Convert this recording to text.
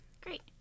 Great